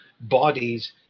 bodies